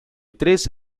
tres